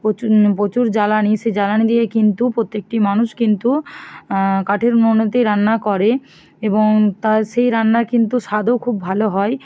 প্রচুর প্রচুর জ্বালানি সে জ্বালানি দিয়ে কিন্তু প্রত্যেকটি মানুষ কিন্তু কাঠের উনোনেতে রান্না করে এবং তার সেই রান্নার কিন্তু স্বাদও খুব ভালো হয়